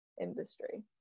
industry